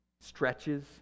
stretches